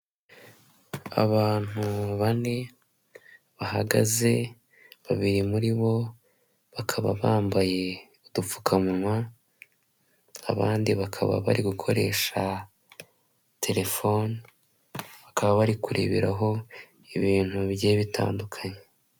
Abantu bane bahagaze, babiri muri bo bakaba bambaye udupfukawa abandi bakaba bari gukoresha, telefoni bakaba bari kureberaho ibintu bigiye bitandukanye.